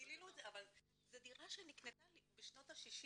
זו דירה שנקנתה בשנות ה שישים.